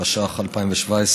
התשע"ח 2017,